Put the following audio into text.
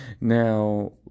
Now